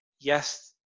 Yes